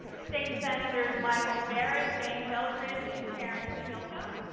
state senators michael barrett, james eldridge, and karen spilka,